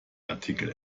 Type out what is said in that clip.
artikel